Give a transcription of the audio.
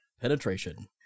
penetration